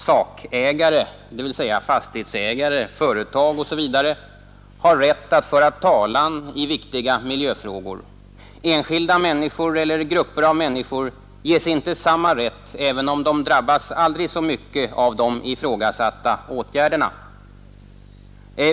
Sakägare, dvs. fastighetsägare, företag osv., har rätt att föra talan i viktiga miljöfrågor. Enskilda människor eller grupper av människor ges inte samma rätt, även om de drabbas aldrig så mycket av de ifrågasatta åtgärderna.